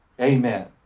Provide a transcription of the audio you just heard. Amen